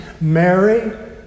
Mary